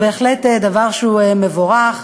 זה בהחלט דבר מבורך.